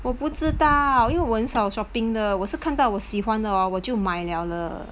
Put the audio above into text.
我不知道因为我很少 shopping 的我是看到我喜欢的哦我就买 liao 了